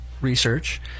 research